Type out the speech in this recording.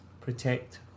protect